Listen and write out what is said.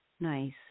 Nice